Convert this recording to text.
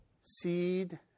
seed